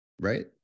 Right